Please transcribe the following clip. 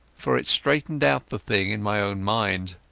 for it straightened out the thing in my own mind.